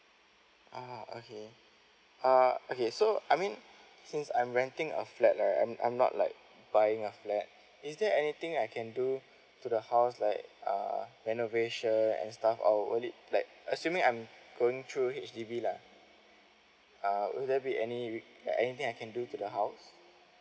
ah okay uh okay so I mean since I'm renting a flat right I'm I'm not like buying a flat is there anything I can do to the house like uh renovation and stuff or only like assuming I'm going through H_D_B lah uh will there be any re~ anything I can do to the house